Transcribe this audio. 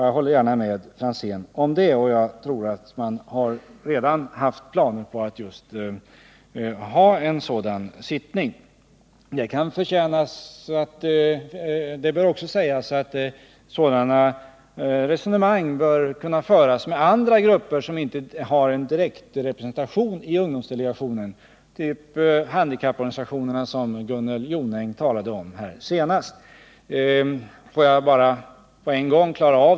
Jag håller gärna med Tommy Franzén om detta, och jag tror att man redan haft planer på att ordna en sådan sammankomst. Resonemang bör också kunna föras med andra grupper som inte har en direkt representation i ungdomsdelegationen, t.ex. handikapporganisationerna som Gunnel Jonäng talade om senast.